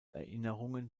erinnerungen